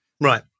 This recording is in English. Right